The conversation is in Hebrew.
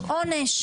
עונש.